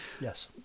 yes